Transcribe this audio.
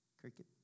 cricket